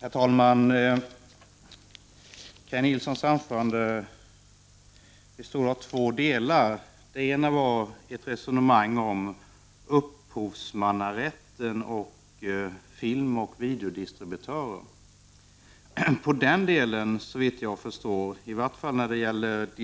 Herr talman! Kaj Nilssons anförande bestod av två delar. Den ena gällde ett resonemang om upphovsmannarätt och filmoch videodistributörer. Beträffande den delen är majoriteten och reservanterna, såvitt jag förstår, helt överens —